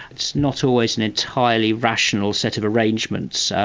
it's not always an entirely rational set of arrangements,